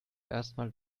erstmal